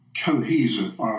cohesive